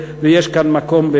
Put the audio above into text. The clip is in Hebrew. ויש כאן מקום,